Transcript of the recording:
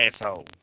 asshole